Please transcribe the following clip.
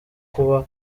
kuba